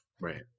Right